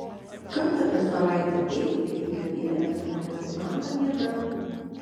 kartą per savaitę eikite į kavinę ar restoraną viena